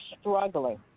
struggling